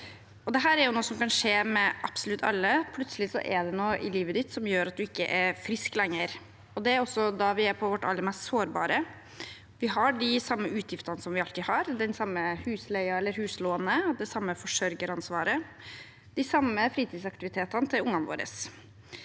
Dette er noe som kan skje med absolutt alle. Plutselig er det noe i livet ditt som gjør at du ikke er frisk lenger. Det er også da vi er på vårt aller mest sårbare. Vi har de samme utgiftene som vi alltid har, den samme husleien eller huslånet, det samme forsørgeransvaret og de samme fritidsaktivitetene til ungene våre.